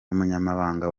umunyamabanga